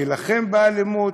להילחם באלימות.